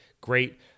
great